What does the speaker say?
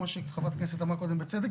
כמו שחברת הכנסת אמרה קודם בצדק,